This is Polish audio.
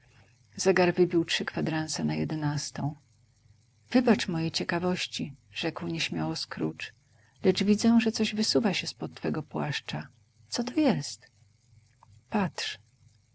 zegar wybił trzy kwadranse na jedenastą wybacz mojej ciekawości rzekł nieśmiało scrooge lecz widzę że coś wysuwa się z pod twego płaszcza co to jest patrz